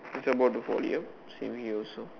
he's about to fall yup same here also